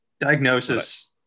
diagnosis